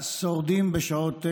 כבוד היושב-ראש וכל מי ששורד בשעות אלו,